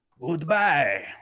goodbye